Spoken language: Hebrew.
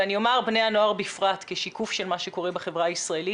ואני אומר: בני הנוער בפרט כשיקוף של מה שקורה בחברה הישראלית.